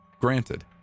Granted